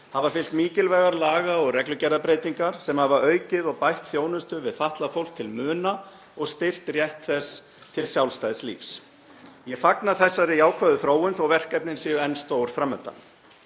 hafa fylgt mikilvægar laga- og reglugerðarbreytingar sem hafa aukið og bætt þjónustu við fatlað fólk til muna og styrkt rétt þess til sjálfstæðs lífs. Ég fagna þessari jákvæðu þróun þó að verkefnin séu enn stór fram undan.